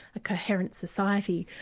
a coherent society?